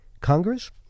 Congress